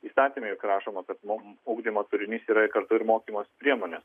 įstatyme juk rašoma kad mum ugdymo turinys yra ir kartu ir mokymosi priemonės